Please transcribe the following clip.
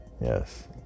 Yes